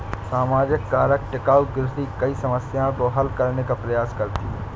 सामाजिक कारक टिकाऊ कृषि कई समस्याओं को हल करने का प्रयास करती है